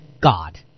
God